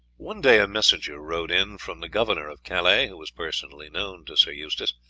one day a messenger rode in from the governor of calais, who was personally known to sir eustace.